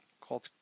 called